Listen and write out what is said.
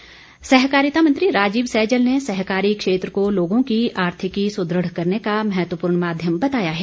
सहकारिता सहकारिता मंत्री राजीव सैजल ने सहकारी क्षेत्र को लोगों की आर्थिकी सुदृढ़ करने का महत्वपूर्ण माध्यम बताया है